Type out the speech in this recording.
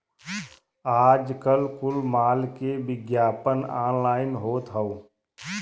आजकल कुल माल के विग्यापन ऑनलाइन होत हौ